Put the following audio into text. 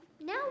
Now